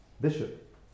bishop